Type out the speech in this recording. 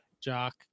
Jock